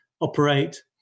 operate